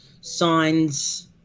signs